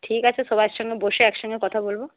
ঠিক আছে সবাইয়ের সঙ্গে বসে একসঙ্গে কথা বলবো